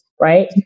right